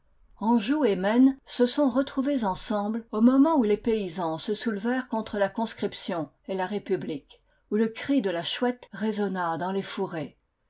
anjou et maine se sont retrouvés ensemble au moment où les paysans se soulevèrent contre la conscription et la république où le cri de la chouette résonna dans les fourrés